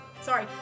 Sorry